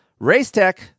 Racetech